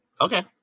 Okay